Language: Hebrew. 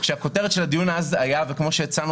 כשהכותרת של הדיון אז הייתה: